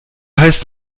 heißt